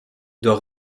doit